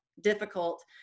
difficult